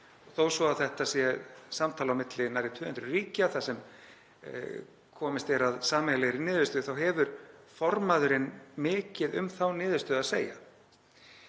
Þó svo að þetta sé samtal á milli nærri 200 ríkja þar sem komist verður að sameiginlegri niðurstöðu hefur formaðurinn mikið um þá niðurstöðu að segja.